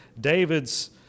David's